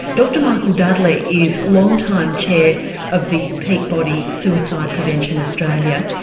dr michael dudley is long time chair of the peak body suicide prevention australia,